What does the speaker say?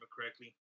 correctly